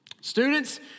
Students